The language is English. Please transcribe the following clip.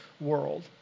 world